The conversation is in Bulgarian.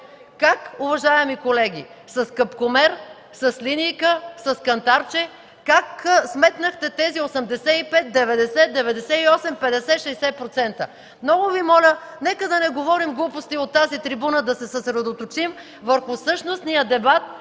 Как, уважаеми колеги, с капкомер, с линийка, с кантарче? Как сметнахте тези 85-90-98-50-60%? Много Ви моля, нека да не говорим глупости от тази трибуна, да се съсредоточим върху същностния дебат,